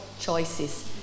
choices